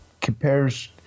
compares